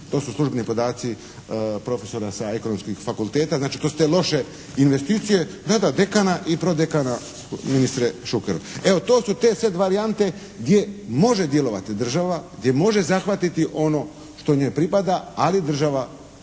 To su službeni podaci profesora sa ekonomskih fakulteta. Znači to su te loše investicije …/Govornik se ne razumije./… dekana i prodekana ministre Šukeru. Evo to su te sad varijante gdje može djelovati država, gdje može zahvatiti ono što njoj pripada, ali država